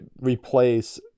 replace